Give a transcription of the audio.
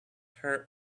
hurt